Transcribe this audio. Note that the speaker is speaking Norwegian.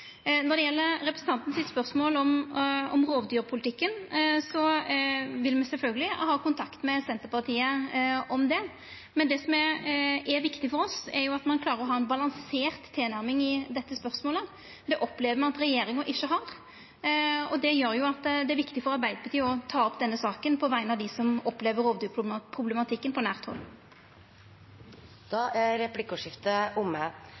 Når det gjeld spørsmålet frå representanten om rovdyrpolitikken, vil me sjølvsagt ha kontakt med Senterpartiet om det. Men det som er viktig for oss, er at ein klarer å ha ei balansert tilnærming til dette spørsmålet. Det opplever me at regjeringa ikkje har. Og det gjer at det er viktig for Arbeidarpartiet å ta opp denne saka på vegner av dei som opplever rovdyrproblematikken på nært hald. Replikkordskiftet er omme.